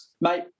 mate